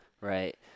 right